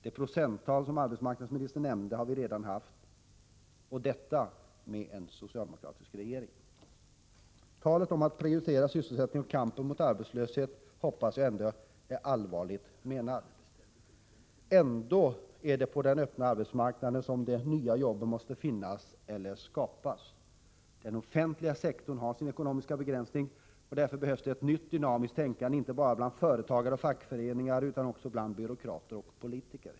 Det procenttal som arbetsmarknadsministern nämnde har vi redan fått uppleva — under en socialdemokratisk regering. Talet om prioritering av sysselsättningen och kampen mot arbetslösheten hoppas jag ändå är allvarligt menat. Det är ju ändå så att det är på den öppna arbetsmarknaden som de nya jobben måste finnas eller skapas. Den offentliga sektorn har sin begränsning i ekonomiskt avseende. Därför behövs det ett nytt dynamiskt tänkande inte bara bland företagare och fackföreningar utan också bland byråkrater och politiker.